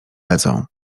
lecą